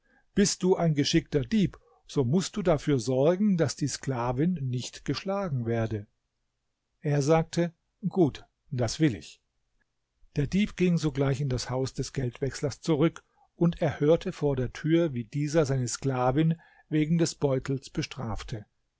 bist du ein geschickter dieb so mußt du dafür sorgen daß die sklavin nicht geschlagen werde er sagte gut das will ich der dieb ging sogleich in das haus des geldwechslers zurück und er hörte vor der tür wie dieser seine sklavin wegen des beutels bestrafte